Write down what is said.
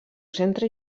centre